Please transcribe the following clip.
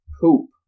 poop